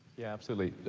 yeah, absolutely.